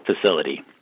facility